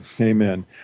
Amen